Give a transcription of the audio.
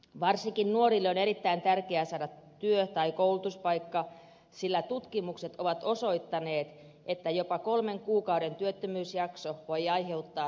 varsinkin nuorten on erittäin tärkeää saada työ tai koulutuspaikka sillä tutkimukset ovat osoittaneet että jopa kolmen kuukauden työttömyysjakso voi aiheuttaa syrjäytymiskehitystä